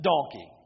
Donkey